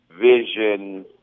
vision